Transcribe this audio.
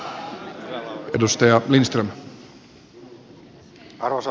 arvoisa herra puhemies